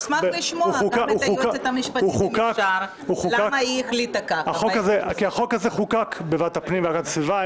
עמדת הלשכה המשפטית היא שהצעת החוק תידון בוועדת הפנים והגנת הסביבה,